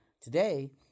Today